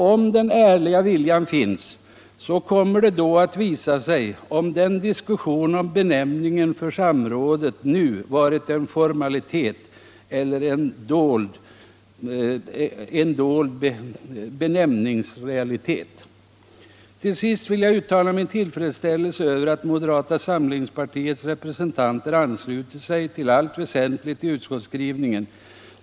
Om den ärliga viljan finns, så kommer det då att visa sig ifall diskussionen om benämningen för samrådet nu varit en formalitet eller en dold benämningsrealitet. Till sist vill jag uttala min tillfredsställelse över att moderata samlingspartiets representanter anslutit sig till allt väsentligt i utskottsskrivningen.